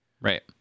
Right